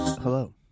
Hello